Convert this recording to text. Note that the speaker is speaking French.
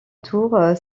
tour